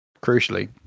crucially